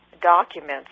documents